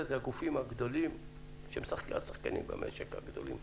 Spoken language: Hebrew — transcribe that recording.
זה הגופים הגדולים של השחקנים הגדולים במשק.